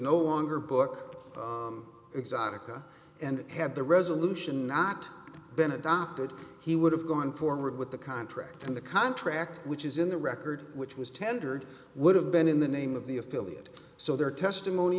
no longer book exotica and had the resolution not been adopted he would have gone forward with the contract and the contract which is in the record which was tendered would have been in the name of the affiliate so their testimony